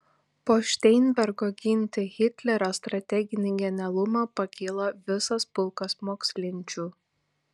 po šteinbergo ginti hitlerio strateginį genialumą pakilo visas pulkas mokslinčių